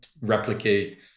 replicate